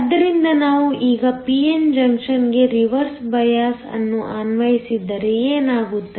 ಆದ್ದರಿಂದ ನಾವು ಈಗ p n ಜಂಕ್ಷನ್ಗೆ ರಿವರ್ಸ್ ಬಯಾಸ್ವನ್ನು ಅನ್ವಯಿಸಿದರೆ ಏನಾಗುತ್ತದೆ